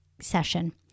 session